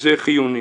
זה חיוני.